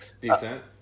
decent